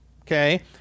okay